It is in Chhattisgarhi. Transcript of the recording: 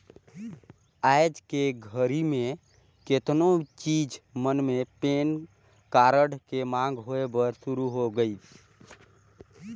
आयज के घरी मे केतनो चीच मन मे पेन कारड के मांग होय बर सुरू हो गइसे